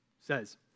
says